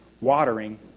watering